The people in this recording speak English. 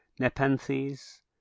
Nepenthes